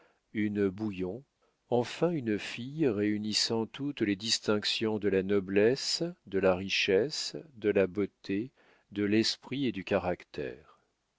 une bouillon enfin une fille réunissant toutes les distinctions de la noblesse de la richesse de la beauté de l'esprit et du caractère